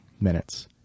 minutes